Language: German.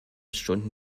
stunden